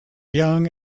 young